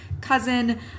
cousin